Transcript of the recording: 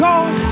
God